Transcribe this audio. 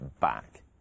back